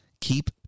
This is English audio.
keep